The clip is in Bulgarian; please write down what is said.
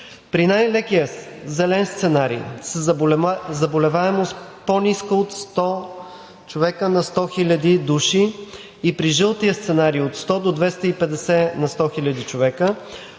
При най-лекия – зелен сценарий, със заболеваемост, по-ниска от 100 човека на 100 хиляди души, и при жълтия сценарий – от 100 до 250 на 100 хиляди човека,